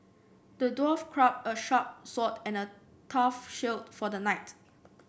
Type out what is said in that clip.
the dwarf crafted a sharp sword and a tough shield for the knight